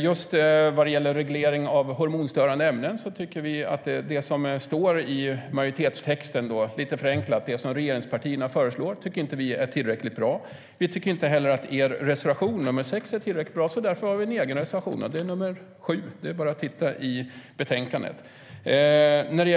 Just när det gäller reglering av hormonstörande ämnen tycker vi inte att det som står i majoritetstexten och som regeringspartierna föreslår är tillräckligt bra. Vi tycker inte heller att er reservation nr 6 är tillräckligt bra, så därför har vi egen reservation, nr 7. Det är bara att läsa i betänkandet.